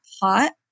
pot